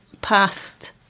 past